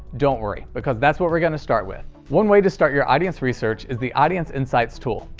don't worry, because that's what we're going to start with. one way to start your audience research is the audience insights tool.